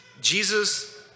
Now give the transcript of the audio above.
Jesus